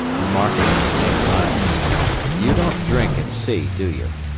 remarking at the same time you don't drink at sea, do you?